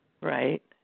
Right